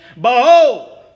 Behold